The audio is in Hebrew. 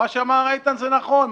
מה שאמר איתן זה נכון.